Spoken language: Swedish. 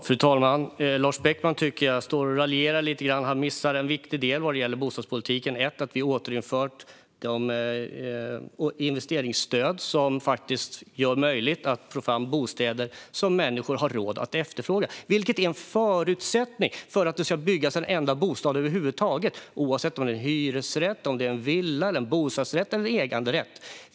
Fru talman! Lars Beckman raljerar lite men missar en viktig del i bostadspolitiken. Vi har återinfört investeringsstödet, som gör det möjligt att få fram bostäder som människor har råd att efterfråga. Det är en förutsättning för att det över huvud taget ska byggas en enda bostad, oavsett om det är en hyresrätt, villa, bostadsrätt eller äganderätt.